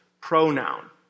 pronoun